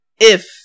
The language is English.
If-